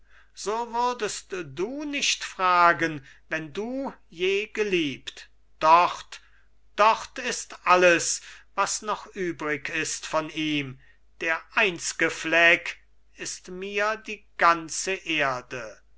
so würdest du nicht fragen wenn du je geliebt dort dort ist alles was noch übrig ist von ihm der einzge fleck ist mir die ganze erde